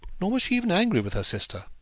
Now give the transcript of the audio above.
nor was she even angry with her sister.